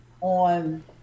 on